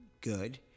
good